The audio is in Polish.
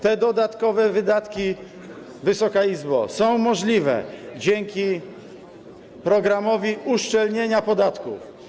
Te dodatkowe wydatki, Wysoka Izbo, są możliwe dzięki programowi uszczelnienia podatków.